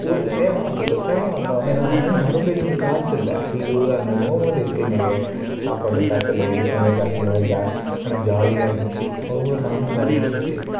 ஊர் சேலம் வந்துவிட்டோம் சேலம் வந்தவோன்னே என்ன பண்ணேன் மறுப்படியும் இங்கே காசு இல்லை ஐயோ அந்த மொமெண்ட்டு இருக்குங்களேன் சாப்பாட்டுக்கு காசு இல்லை எதுக்குமே காசு இல்லாம ஜா ஆனால் ஜாலியாக இருந்துச்சு ஒவ்வொரு நாளும் ஜாலியாக இருந்துச்சு